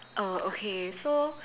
uh okay so